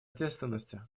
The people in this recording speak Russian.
ответственности